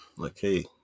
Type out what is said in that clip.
Okay